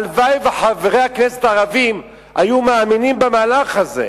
הלוואי שחברי הכנסת הערבים היו מאמינים במהלך הזה.